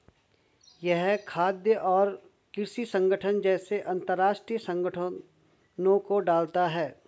यह खाद्य और कृषि संगठन जैसे अंतरराष्ट्रीय संगठनों को डालता है